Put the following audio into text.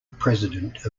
president